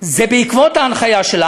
זה בעקבות ההנחיה שלה.